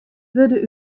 wurde